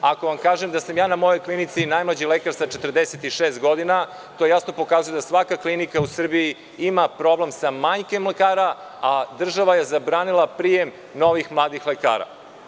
Ako kažem da sam ja na mojoj klinici najmlađi lekar sa 46 godina, to jasno pokazuje da svaka klinika u Srbiji ima problem sa manjkom lekara, a država je zabranila prijem novih mladih lekara.